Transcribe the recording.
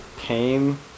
pain